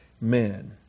men